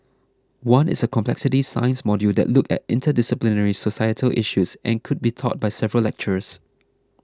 one is a complexity science module that looks at interdisciplinary societal issues and could be taught by several lecturers